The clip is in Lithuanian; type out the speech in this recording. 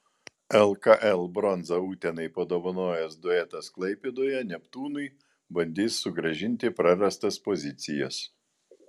lkl bronzą utenai padovanojęs duetas klaipėdoje neptūnui bandys sugrąžinti prarastas pozicijas